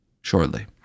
shortly